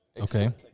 Okay